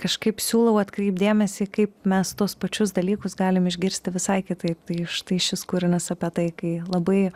kažkaip siūlau atkreipt dėmesį kaip mes tuos pačius dalykus galim išgirsti visai kitaip tai štai šis kūrinys apie tai kai labai